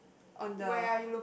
on the